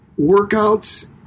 workouts